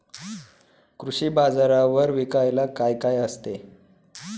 कृषी बाजारावर विकायला काय काय असते?